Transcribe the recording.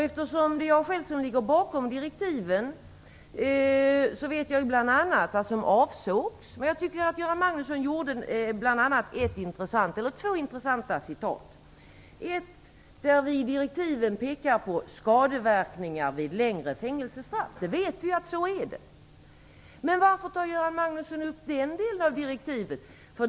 Eftersom det är jag själv som ligger bakom direktiven vet jag bl.a. vad som avsågs. Jag tycker att Göran Magnusson läste upp bl.a. två intressanta citat. Ett citat var hämtat från ett ställe i direktiven där man pekar på skadeverkningar vid längre fängelsestraff. Vi vet att det är så. Men varför tar Göran Magnusson upp den delen av direktiven?